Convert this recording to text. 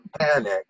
panic